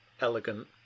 elegant